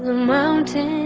mountain,